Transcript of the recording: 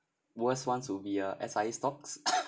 worst ones would be a S_I_A stocks